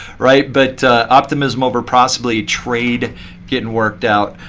right? but optimism over possibly trade getting worked out.